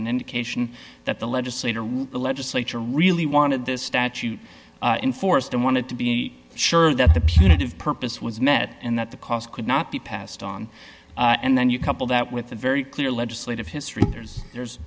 an indication that the legislator the legislature really wanted this statute in force and wanted to be sure that the punitive purpose was met and that the cost could not be passed on and then you couple that with a very clear legislative history there's there's